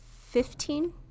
Fifteen